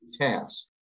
task